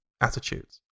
attitudes